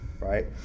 right